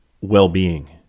well-being